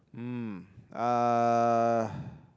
mm uh